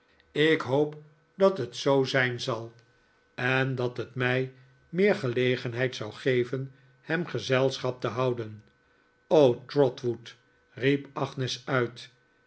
ik hoop dat het zoo zijn zal en dat het mij meer gelegenheid zou geven hem gezelschap te houden o trotwood riep agnes uit